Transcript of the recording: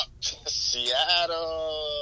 Seattle